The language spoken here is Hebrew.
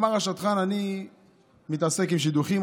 אמר השדכן: אני מתעסק עם שידוכים,